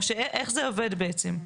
איך זה עובד בעצם?